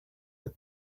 that